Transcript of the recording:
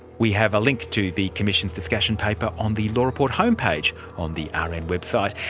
we have a link to the commissions' discussion paper on the law report homepage on the ah rn and website,